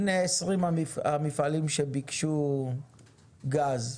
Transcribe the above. הנה 20 המפעלים שביקשו גז.